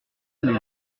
les